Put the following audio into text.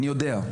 אני יודע,